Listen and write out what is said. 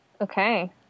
Okay